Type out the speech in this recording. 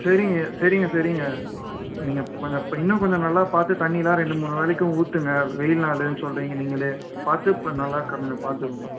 சரிங்க சரிங்க சரிங்க நீங்கள் கொஞ்ச இன்னும் கொஞ்ச நல்லா பார்த்து தண்ணி எல்லாம் ரெண்டு மூணு வேலைக்கும் ஊற்றுங்க வெயில் நாளுன்னு சொல்லுறீங்க நீங்களே பார்த்து பா நல்லா கொஞ்ச பார்த்துக்கோங்க